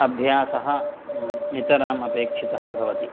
अभ्यासः नितराम् अपेक्षितः भवति